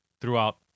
throughout